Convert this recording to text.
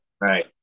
right